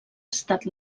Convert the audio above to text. estat